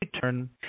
turn